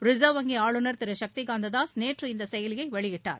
reserve வங்கி ஆளுநர் திரு சக்தி காந்த தாஸ் நேற்று இந்த செயலியை வெளியிட்டார்